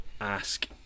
ask